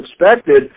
expected